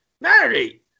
Mary